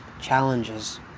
challenges